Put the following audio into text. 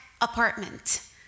apartment